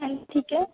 हां जी ठीक है